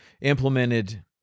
implemented